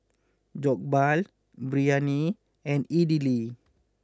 Jokbal Biryani and Idili